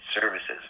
services